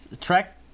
Track